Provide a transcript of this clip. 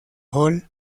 hall